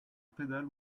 pedal